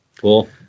Cool